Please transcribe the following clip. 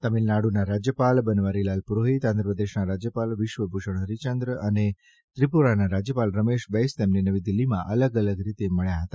તમિળનાડના રાજયપાલ બનવારીલાલ પુરોફીત આંધ્રપ્રદેશના રાજયપાલ વિશ્વભૂષણ હરિચંદન અને ત્રિપુરાના રાજયપાલ રમેશ બૈશ તેમને નવી દિલ્ઠીમાં અલગ અલગ રીતે મળ્યા હતા